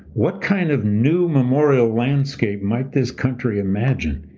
what kind of new memorial landscape might this country imagine